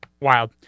wild